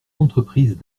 entreprises